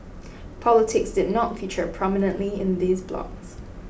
politics did not feature prominently in these blogs